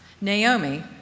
Naomi